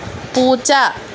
പൂച്ച